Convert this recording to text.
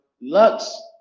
Lux